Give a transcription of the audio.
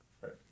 Right